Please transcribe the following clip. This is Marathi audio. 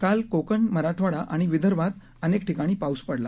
काल कोकण मराठवाडा आणि विदर्भात अनेक ठिकाणी पाऊस पडला